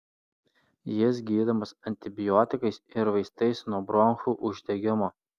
jis gydomas antibiotikais ir vaistais nuo bronchų uždegimo